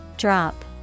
Drop